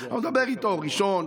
הוא מדבר איתו בראשון,